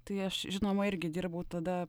tai aš žinoma irgi dirbau tada